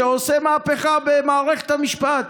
שעושה מהפכה במערכת המשפט,